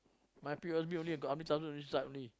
my P_O_S_B only got how many thousand inside only